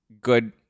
Good